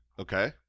Okay